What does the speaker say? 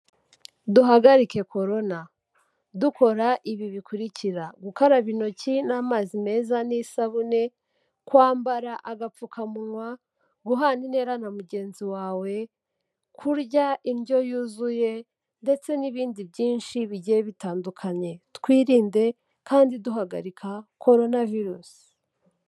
Duhagarike Corona. Dukora ibi bikurikira: gukaraba intoki n'amazi meza n'isabune, kwambara agapfukamunwa, guhana intera na mugenzi wawe, kurya indyo yuzuye ndetse n'ibindi byinshi bigiye bitandukanye. Twirinde kandi duhagarika Corona virus.